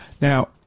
Now